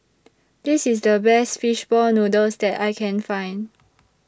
This IS The Best Fish Ball Noodles that I Can Find